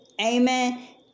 Amen